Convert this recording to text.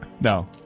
No